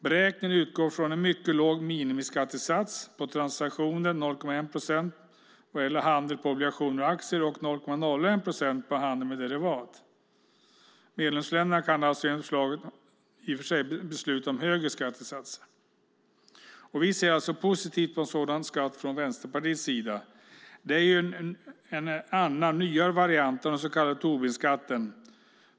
Beräkningen utgår från en mycket låg minimiskattesats på transaktioner, 0,1 procent på handel med obligationer och aktier och 0,01 procent på handeln med derivat. Medlemsländerna kan enligt förslaget i och för sig besluta om högre skattesatser. Vänsterpartiet ser alltså positivt på en sådan skatt. Det är ju en annan, nyare variant av den så kallade Tobinskatten.